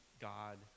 God